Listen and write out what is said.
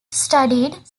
studied